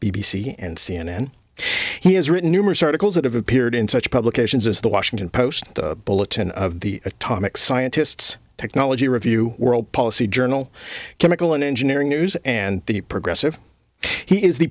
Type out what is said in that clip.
c and c n n he has written numerous articles that have appeared in such publications as the washington post bulletin of the atomic scientists technology review world policy journal chemical and engineering news and the progressive he is the